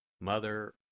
Mother